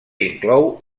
inclou